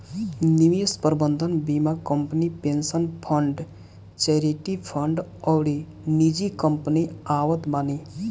निवेश प्रबंधन बीमा company, pension fund, charity fund अउरी निजी कंपनी आवत बानी